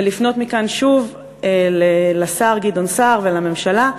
ולפנות מכאן שוב לשר גדעון סער ולממשלה,